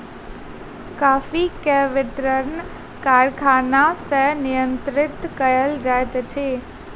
coffee के वितरण कारखाना सॅ नियंत्रित कयल जाइत अछि